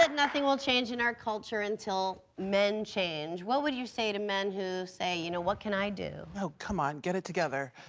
like nothing will change in our culture until men change. what would you say to men who say, you know what can i do? oh come on, get it together.